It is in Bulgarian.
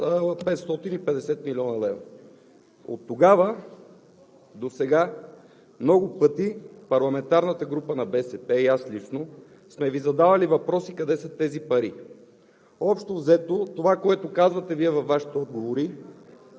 два пъти още по 13 млн. лв., тоест 550 млн. лв. Оттогава досега много пъти парламентарната група на БСП и аз лично сме Ви задавали въпроси къде са тези пари?